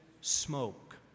smoke